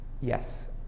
yes